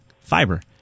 fiber